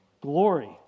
glory